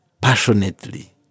passionately